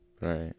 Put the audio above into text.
Right